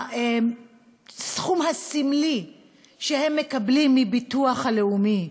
מהסכום הסמלי שהם מקבלים מהביטוח הלאומי,